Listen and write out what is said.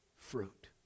fruit